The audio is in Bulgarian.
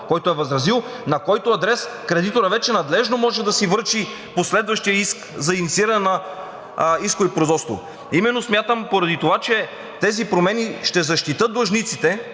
който е възразил, на който адрес кредиторът вече надлежно може да си връчи последващия иск за иницииране на исково производство. Поради това, че тези промени ще защитят длъжниците,